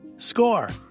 Score